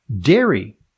dairy